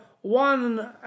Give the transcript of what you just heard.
one